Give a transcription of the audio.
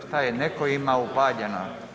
Šta je netko ima upaljeno?